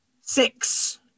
Six